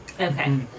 Okay